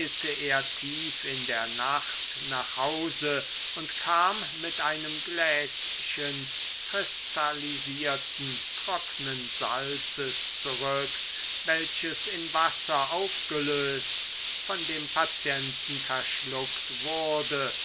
tief in der nacht nach hause und kam mit einem gläschen kristallisierten trocknen salzes zurück welches in wasser aufgelöst von dem patienten verschluckt wurde